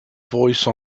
voice